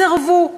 סירבו.